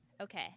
Okay